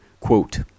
Quote